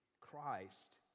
Christ